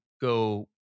go